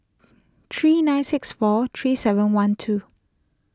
three nine six four three seven one two